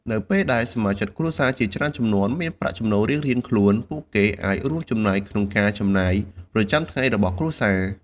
នៅពេលដែលសមាជិកគ្រួសារជាច្រើនជំនាន់មានប្រាក់ចំណូលរៀងៗខ្លួន ពួកគេអាចរួមចំណែកក្នុងការចំណាយប្រចាំថ្ងៃរបស់គ្រួសារ។